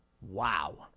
Wow